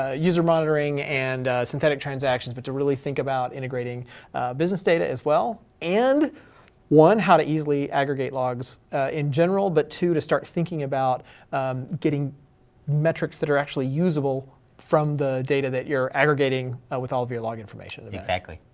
ah user monitoring and synthetic transactions, but to really think about integrating business data as well, and one, how to easily aggregate logs in general, but two, to start thinking about getting metrics that are actually usable from the data that you're aggregating with all of your log information events. exactly.